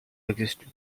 existed